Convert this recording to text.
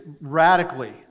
radically